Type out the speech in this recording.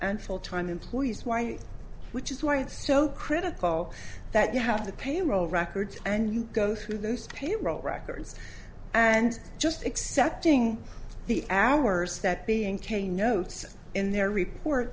and full time employees why which is why it's so critical that you have the payroll records and go through this payroll records and just accepting the hours that being chained notes in their report